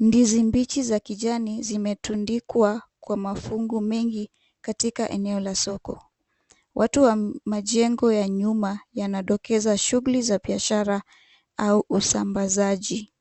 Ndizi mbichi za kijani zimetundikwa kwa mafungu mengi katika eneo la soko. Watu wa majengo ya nyuma yanadokeza shughuli za biashara au usambazaji.